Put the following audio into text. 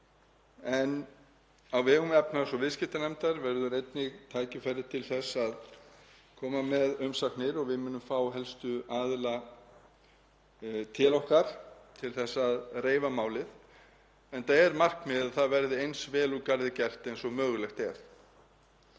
Á vegum efnahags- og viðskiptanefndar verður einnig tækifæri til þess að koma með umsagnir og við munum fá helstu aðila til okkar til að reifa málið, enda er markmiðið að það verði eins vel úr garði gert og mögulegt er.